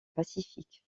pacifique